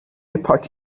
epoch